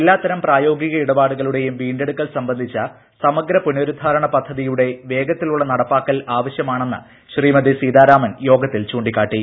എല്ലാത്തരം പ്രായോഗിക ഇടപാടുകളുടെയും വീണ്ടെടുക്കൽ സംബന്ധിച്ച സമഗ്ര പുനരുദ്ധാരണ പദ്ധതിയുടെ വേഗത്തിലുള്ള നടപ്പാക്കൽ ആവശ്യമാണെന്ന് ശ്രീമതി സീതാരാമൻ യോഗത്തിൽ ചൂണ്ടിക്കാട്ടി